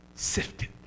sifted